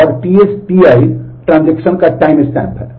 और TS का timestamp है